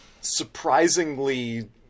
surprisingly